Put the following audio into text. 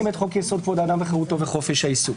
את חוק יסוד: כבוד האדם וחירותו וחופש העיסוק.